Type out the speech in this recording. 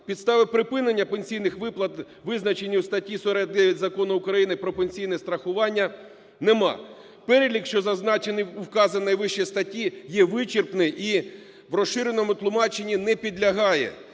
Підстави припинення пенсійних виплат, визначені у статті 49 Закону України "Про пенсійне страхування", нема. Перелік, що зазначений у вказаній вище статті, є вичерпний і в розширеному тлумаченні не підлягає.